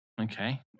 Okay